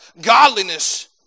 godliness